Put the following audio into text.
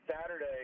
Saturday